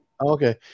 okay